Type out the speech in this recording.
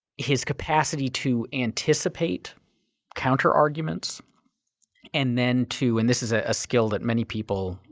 his capacity to anticipate counter arguments and then to and this is a skill that many people,